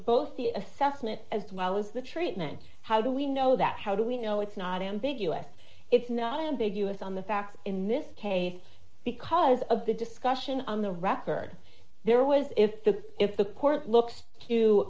assessment as well as the treatment how do we know that how do we know it's not ambiguous it's not ambiguous on the facts in this case because of the discussion on the record there was if the if the court looks to